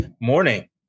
morning